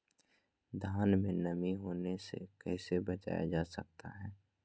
धान में नमी होने से कैसे बचाया जा सकता है?